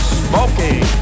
smoking